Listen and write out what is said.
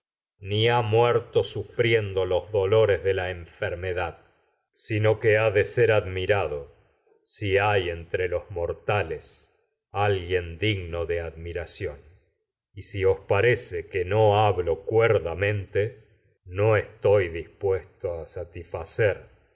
ni ha muerto sufriendo los dolores de la enfermedad sino que ha de ser admirado si hay entre los mortales alguien digno si os de admiración y parece que no hablo cuerdamente no estoy dis puesto a satisfacer